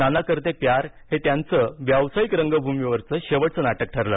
नाना करते प्यार हे त्यांचं व्यावसायिक रंगभूमीवरचं शेवटचं नाटक ठरलं